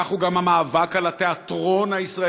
כך הוא גם המאבק על התיאטרון הישראלי,